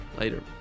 later